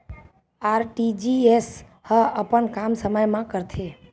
RTGS ह अपन काम समय मा करथे?